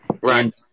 Right